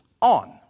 on